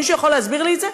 מישהו יכול להסביר לי את זה?